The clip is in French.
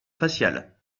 facial